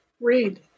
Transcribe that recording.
read